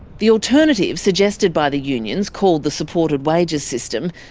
the alternative suggested by the unions, called the supported wages system,